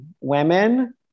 women